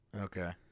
okay